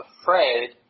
afraid